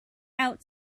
out